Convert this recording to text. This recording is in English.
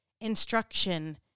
instruction